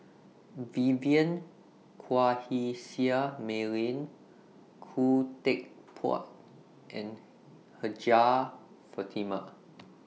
Vivien Quahe Seah Mei Lin Khoo Teck Puat and Hajjah Fatimah